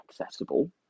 accessible